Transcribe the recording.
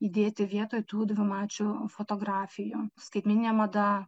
įdėti vietoj tų dvimačių fotografijų skaitmeninė mada